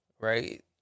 right